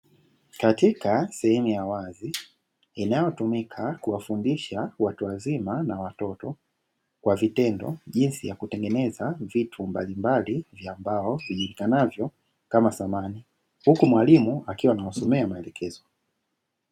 Katika sehemu ya wazi inayo tumika kuwafundisha watu wazima na watoto kwa vitendo, jinsi ya kutengeneza vitu mbalimbali vya mbao vijulikanavyo kama samani, huku mwalimu akiwa anawasomea maelekezo.